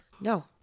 No